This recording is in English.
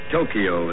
Tokyo